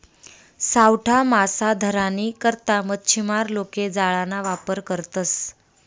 सावठा मासा धरानी करता मच्छीमार लोके जाळाना वापर करतसं